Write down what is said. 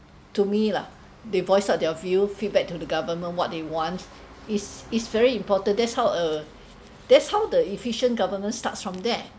to me lah they voice out their views feedback to the government what they want it's it's very important that's how err that's how the efficient government starts from there